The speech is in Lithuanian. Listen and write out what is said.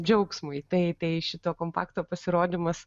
džiaugsmui tai tai šito kompakto pasirodymas